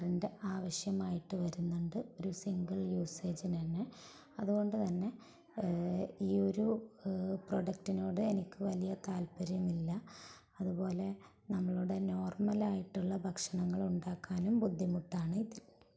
current ആവശ്യമായിട്ട് വരുന്നുണ്ട് ഒരു സിംഗിൾ യൂസേജിന് തന്നെ അതുകൊണ്ടുതന്നെ ഈ ഒരു പ്രൊഡക്ടിനോട് എനിക്ക് വലിയ താൽപര്യമില്ല അതുപോലെ നമ്മളുടെ നോർമലായിട്ടുള്ള ഭക്ഷണങ്ങൾ ഉണ്ടാക്കാനും ബുദ്ധിമുട്ടാണ് ഇതില്